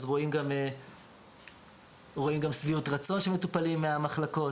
רואים גם שביעות רצון של מטופלים מהמחלקות,